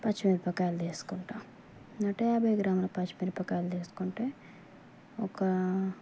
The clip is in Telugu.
పచ్చిమిరపకాయలు తీసుకుంటాను నూట యాభై గ్రాముల పచ్చిమిరపకాయలు తీసుకుంటే ఒక